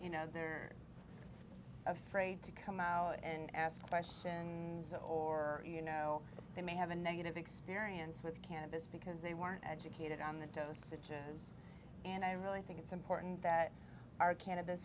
you know they're afraid to come out and ask questions or you know they may have a negative experience with cannabis because they weren't educated on the dosages and i really think it's important that our can